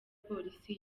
polisi